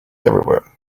everywhere